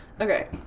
okay